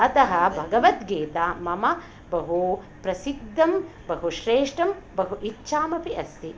अतः भगवद्गीता मम बहुप्रसिद्धं बहुश्रेष्ठं बहु इच्छामपि अस्ति